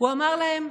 אמר להם: